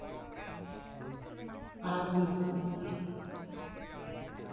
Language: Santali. ᱟᱨ ᱩᱱᱠᱩ